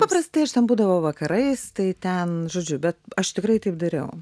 paprastai aš ten būdavau vakarais tai ten žodžiu bet aš tikrai taip dariau